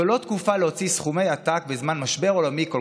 זו לא תקופה להוציא סכומי עתק בזמן משבר עולמי כל